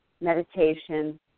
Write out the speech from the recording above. meditation